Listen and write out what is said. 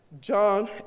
John